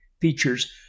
features